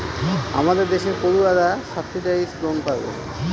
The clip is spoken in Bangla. আমাদের দেশের পড়ুয়ারা সাবসিডাইস লোন পাবে